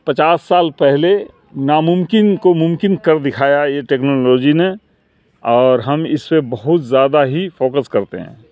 پچاس سال پہلے ناممکن کو ممکن کر دکھایا یہ ٹیکنالوجی نے اور ہم اس پہ بہت زیادہ ہی فوکس کرتے ہیں